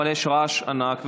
אבל יש רעש ענק,